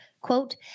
quote